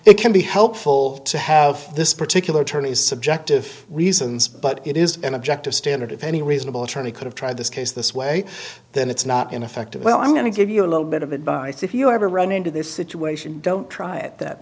it can be helpful to have this particular attorney's subjective reasons but it is an objective standard if any reasonable trannie could have tried this case this way then it's not ineffective well i'm going to give you a little bit of advice if you ever run into this situation don't try it that